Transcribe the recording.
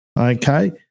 Okay